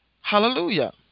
Hallelujah